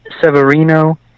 Severino